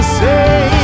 say